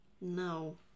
No